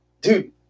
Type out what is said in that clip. dude